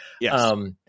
Yes